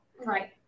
Right